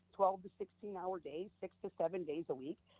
twelve to sixteen hour days, six to seven days a week,